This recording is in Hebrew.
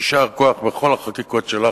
יישר כוח בכל החקיקות שלך.